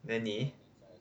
then 你